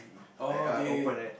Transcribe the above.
like err open like that